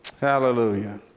Hallelujah